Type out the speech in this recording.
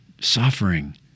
suffering